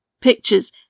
Pictures